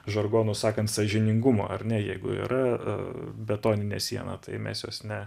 žargonu sakant sąžiningumo ar ne jeigu yra a betoninė siena tai mes jos ne